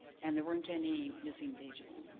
and there weren't any missing pages.